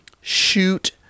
shoot